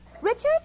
Richard